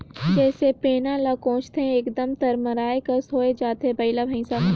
जइसे पैना ल कोचथे एकदम तरमराए कस होए जाथे बइला भइसा मन